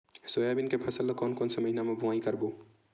Soybean के फसल ल कोन कौन से महीना म बोआई करबो?